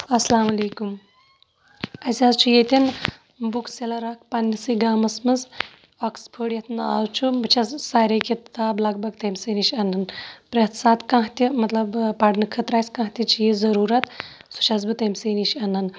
اَسلامُ علیکُم اَسہِ حظ چھُ ییٚتٮ۪ن بُک سٮ۪لَر اَکھ پنٛنہِ سٕے گامَس منٛز آکٕسفٲڈ یَتھ ناو چھُ بہٕ چھَس سارے کِتاب لگ بگ تٔمۍ سٕے نِش اَنان پرٛٮ۪تھ ساتہٕ کانٛہہ تہِ مطلب پَرنہٕ خٲطرٕ آسہِ کانٛہہ تہِ چیٖز ضٔروٗرت سُہ چھَس بہٕ تٔمۍ سٕے نِش اَنان